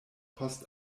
post